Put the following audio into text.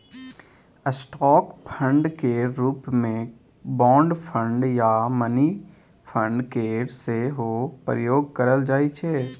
stock fund केर रूप मे बॉन्ड फंड आ मनी फंड केर सेहो प्रयोग करल जाइ छै